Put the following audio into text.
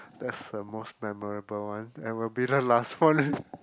that's the most memorable one and we better last for it